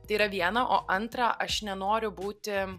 tai yra viena o antra aš nenoriu būti